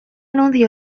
nuncio